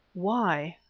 why?